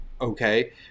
okay